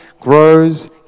grows